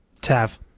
Tav